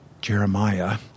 Jeremiah